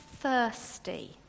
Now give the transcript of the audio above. thirsty